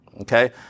Okay